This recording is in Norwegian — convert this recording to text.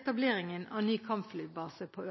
etableringen av ny kampflybase på